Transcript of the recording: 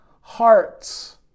hearts